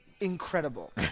incredible